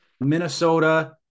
Minnesota